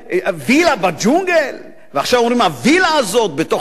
ועכשיו אומרים: הווילה הזאת בתוך כל הג'ונגל הכלכלי בעולם.